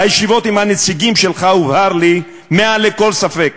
בישיבות עם הנציגים שלך הובהר לי מעל לכל ספק